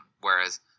whereas